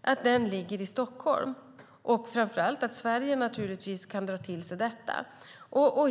att den ligger i Stockholm och framför allt att Sverige naturligtvis kan dra till sig detta.